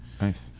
Nice